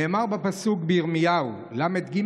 נאמר בירמיהו ל"ג,